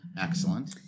Excellent